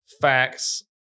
facts